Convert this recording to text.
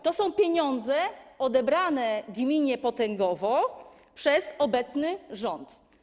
To są pieniądze odebrane gminie Potęgowo przez obecny rząd.